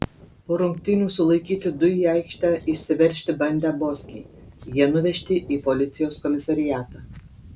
po rungtynių sulaikyti du į aikštę išsiveržti bandę bosniai jie nuvežti į policijos komisariatą